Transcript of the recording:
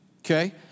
Okay